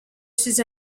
suis